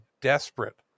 desperate